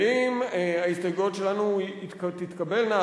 ואם ההסתייגויות שלנו תתקבלנה,